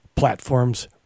platforms